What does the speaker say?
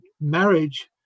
marriage